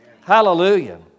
Hallelujah